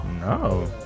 No